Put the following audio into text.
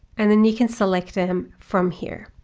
and then you can select it um from here.